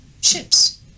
Ships